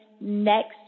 Next